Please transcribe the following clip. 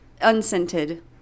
unscented